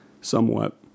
somewhat